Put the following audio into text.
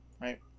right